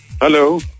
Hello